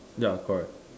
ya correct